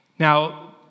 Now